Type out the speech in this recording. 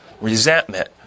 resentment